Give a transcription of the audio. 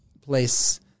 place